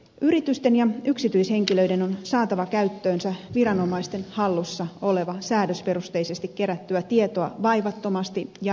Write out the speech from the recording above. yritysten ja yksityishenkilöiden on saatava käyttöönsä viranomaisten hallussa olevaa säädösperusteisesti kerättyä tietoa vaivattomasti ja edullisesti